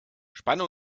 spanne